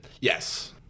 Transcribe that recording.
Yes